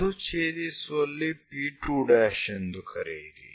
ಅದು ಛೇದಿಸುವಲ್ಲಿ P2' ಎಂದು ಕರೆಯಿರಿ